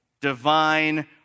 divine